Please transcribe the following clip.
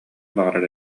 баҕарар